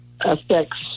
affects